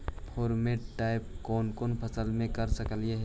Pheromone trap कोन कोन फसल मे कर सकली हे?